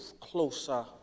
closer